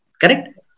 Correct